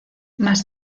más